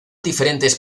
diferentes